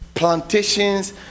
plantations